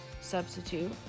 substitute